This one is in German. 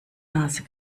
nase